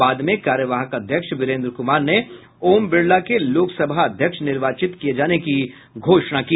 बाद में कार्यवाहकअध्यक्ष वीरेन्द्र कुमार ने ओम बिड़ला के लोकसभा अध्यक्ष निर्वाचित किए जाने कीघोषणा की